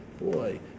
Boy